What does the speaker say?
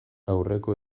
aurreko